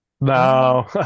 No